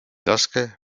raske